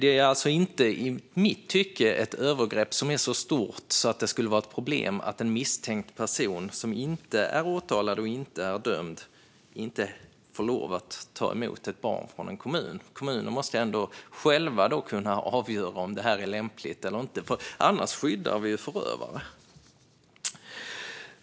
I mitt tycke är det alltså inte ett övergrepp som är så stort att det skulle vara ett problem: att en misstänkt person som inte är åtalad och som inte är dömd inte får lov att ta emot ett barn från en kommun. Kommunerna måste ju själva kunna avgöra om det är lämpligt eller inte. Annars skyddar vi förövare.